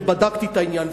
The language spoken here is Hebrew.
ובדקתי את העניין.